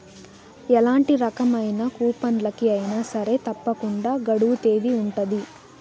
ఎలాంటి రకమైన కూపన్లకి అయినా సరే తప్పకుండా గడువు తేదీ ఉంటది